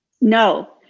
no